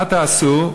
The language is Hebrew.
מה תעשו,